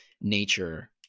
nature